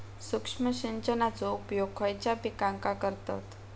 सूक्ष्म सिंचनाचो उपयोग खयच्या पिकांका करतत?